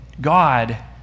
God